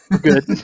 Good